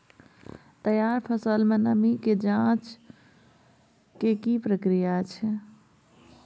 तैयार फसल में नमी के ज जॉंच के की प्रक्रिया छै?